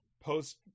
post